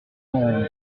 morange